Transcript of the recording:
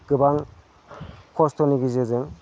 गोबां खस्थ'नि गेजेरजों